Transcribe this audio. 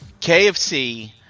kfc